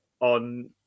on